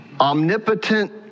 omnipotent